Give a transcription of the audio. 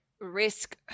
risk